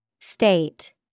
State